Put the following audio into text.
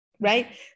right